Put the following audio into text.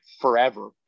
forever